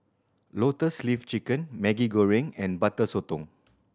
Lotus Leaf Chicken Maggi Goreng and Butter Sotong